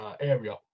area